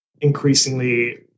increasingly